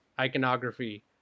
Iconography